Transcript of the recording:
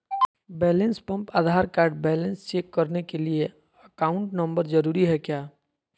Balance pump Aadhaar card balance check करने के लिए अकाउंट नंबर जरूरी है क्या?